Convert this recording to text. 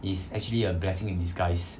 is actually a blessing in disguise